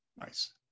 Nice